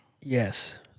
Yes